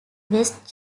west